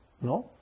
¿no